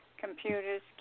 computers